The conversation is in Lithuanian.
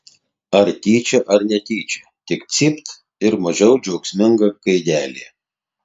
ar tyčia ar netyčia tik cypt ir mažiau džiaugsminga gaidelė